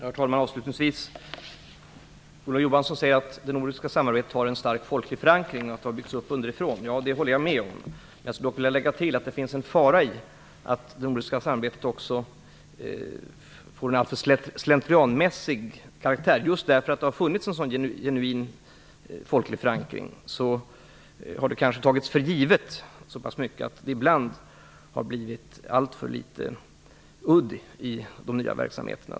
Herr talman! Olof Johansson säger att det nordiska samarbetet har en stark folklig förankring och har tagits upp underifrån. Jag håller med om det. Jag vill dock lägga till att det finns en fara i att det nordiska samarbetet får en alltför slentrianmässig karaktär. Just därför att det har funnits en så genuin, folklig förankring har kanske så pass mycket tagits för givet att det ibland har blivit alltför litet udd i de nya verksamheterna.